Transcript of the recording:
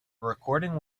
recording